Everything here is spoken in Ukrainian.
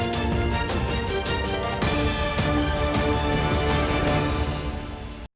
дякую.